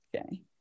Okay